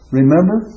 Remember